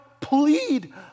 Plead